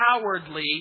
cowardly